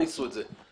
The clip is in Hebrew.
תכניסו את זה.